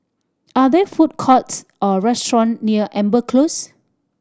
are there food courts or restaurant near Amber Close